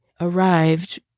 arrived